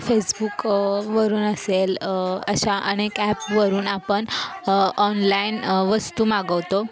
फेसबुकवरून असेल अशा अनेक ॲपवरून आपण ऑनलाईन वस्तू मागवतो